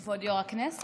כבוד יו"ר הישיבה,